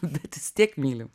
bet vis tiek mylim